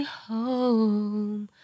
home